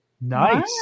Nice